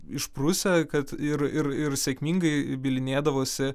išprusę kad ir ir ir sėkmingai bylinėdavosi